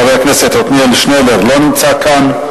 חבר הכנסת עתניאל שנלר, לא נמצא כאן.